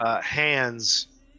hands